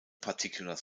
particular